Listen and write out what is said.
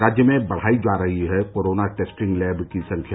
राज्य में बढ़ाई जा रही है कोरोना टेस्टिंग लैब की संख्या